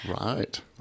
Right